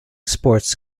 sports